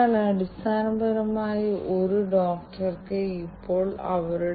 ഇപ്പോൾ പുതിയതാണ് എന്നാൽ ഈ കണക്റ്റിവിറ്റി പുതിയതാണ്